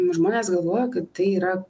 žmonės galvoja kad tai yra